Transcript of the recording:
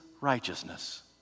righteousness